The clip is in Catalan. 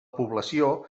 població